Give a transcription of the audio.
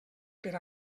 per